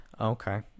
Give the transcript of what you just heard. Okay